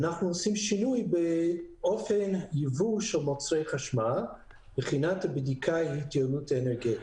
אנחנו עושים שינוי באופן ייבוא של מוצרי חשמל מבחינת יעילות אנרגטית.